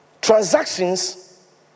transactions